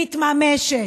מתממשת.